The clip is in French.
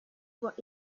voit